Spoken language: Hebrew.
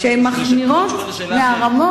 שהן מחמירות מהרמות,